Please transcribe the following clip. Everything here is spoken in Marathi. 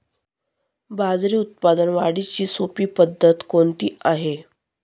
बाजरी उत्पादन वाढीची सोपी पद्धत कोणती आहे?